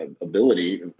ability